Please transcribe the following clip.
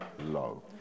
low